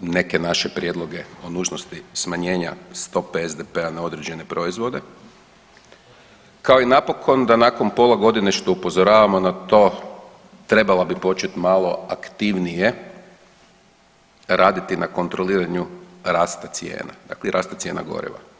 neke naše prijedloge o nužnosti smanjenja stope SDP-a na određene proizvode, kao i napokon da nakon pola godine što upozoravamo na to trebala bi počet malo aktivnije raditi na kontroliranju rasta cijena, dakle i rasta cijena goriva.